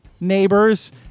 neighbors